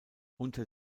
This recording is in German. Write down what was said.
unter